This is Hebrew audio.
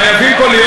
חייבים פה להיות,